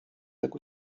jak